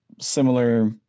similar